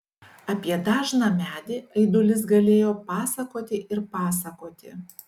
apie dažną medį aidulis galėjo pasakoti ir pasakoti